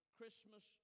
Christmas